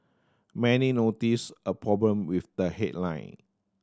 many noticed a problem with the headline